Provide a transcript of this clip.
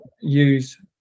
use